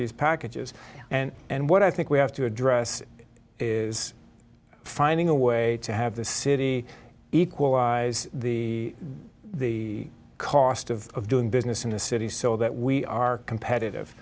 these packages and and what i think we have to address is finding a way to have the city equalize the the cost of doing business in the city so that we are competitive